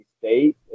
State